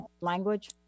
language